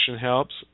helps